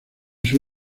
sus